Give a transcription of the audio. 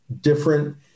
different